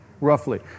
roughly